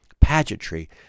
pageantry